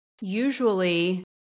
usually